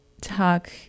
talk